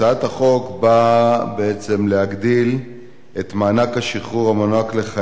יציג את הצעת החוק חבר הכנסת משה מוץ מטלון.